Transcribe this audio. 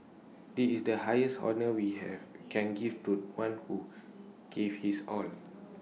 this is the highest honour we have can give to one who gave his all